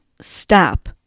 stop